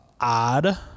odd